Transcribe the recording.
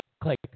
click